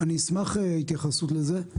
אשמח התייחסות לזה.